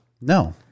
No